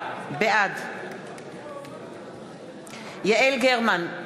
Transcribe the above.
בעד יעל גרמן,